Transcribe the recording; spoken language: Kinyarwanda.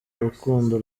rukundo